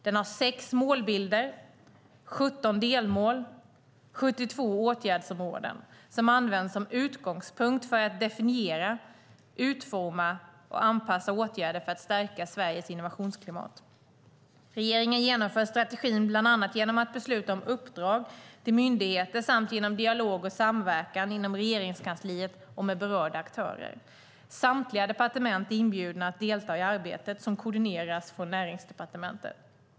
Den har 6 målbilder, 17 delmål och 72 åtgärdsområden som används som utgångspunkt för att definiera, utforma och anpassa åtgärder för att stärka Sveriges innovationsklimat. Regeringen genomför strategin bland annat genom att besluta om uppdrag till myndigheter samt genom dialog och samverkan inom Regeringskansliet och med berörda aktörer. Samtliga departement är inbjudna att delta i arbetet, som koordineras från Näringsdepartementet.